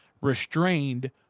restrained